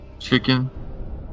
Chicken